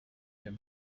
him